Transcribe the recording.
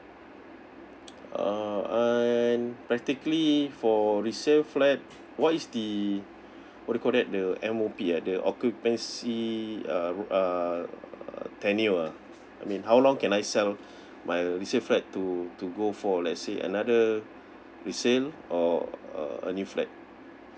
orh and practically for resale flat what is the what you call that the M_O_P ah the occupancy uh uh tenure ah I mean how long can I sell my resale flat to to go for let's say another resale or a a new flat